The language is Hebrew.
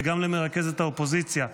וגם למרכזת האופוזיציה,